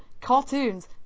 cartoons